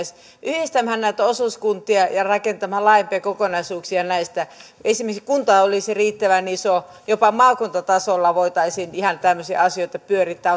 yhdistämään näitä osuuskuntia ja rakentamaan laajempia kokonaisuuksia näistä esimerkiksi kunta olisi riittävän iso jopa maakuntatasolla voitaisiin ihan tämmöisiä asioita pyörittää